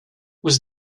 was